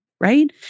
Right